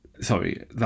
Sorry